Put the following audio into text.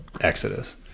Exodus